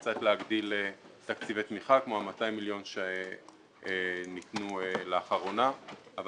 קצת להגדיל תקציבי תמיכה כמו ה-200 מיליון שקלים שניתנו לאחרונה אבל